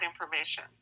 information